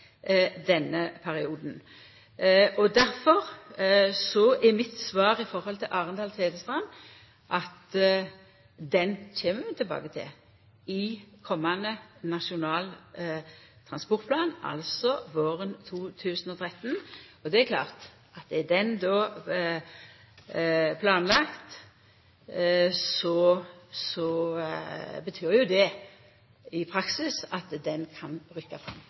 denne perioden. Difor er mitt svar i forhold til Arendal–Tvedestrand at det kjem vi tilbake til i komande Nasjonal transportplan, altså våren 2013. Og det er klart at er den då planlagd, betyr jo det i praksis at den kan rykkja fram